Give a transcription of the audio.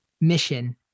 mission